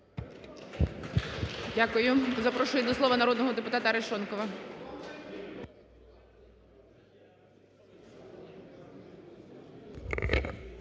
Дякую. Запрошую до слова народного депутата Тетяну